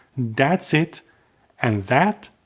that's it and that,